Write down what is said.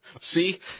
See